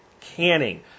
canning